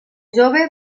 jove